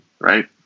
right